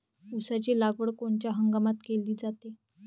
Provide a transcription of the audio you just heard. ऊसाची लागवड कोनच्या हंगामात केली जाते?